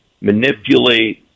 manipulate